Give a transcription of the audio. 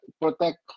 protect